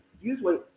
usually